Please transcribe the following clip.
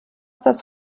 das